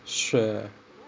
sure